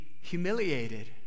humiliated